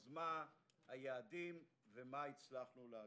אז מה היעדים ומה הצלחנו להגיע.